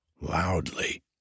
loudly